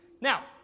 Now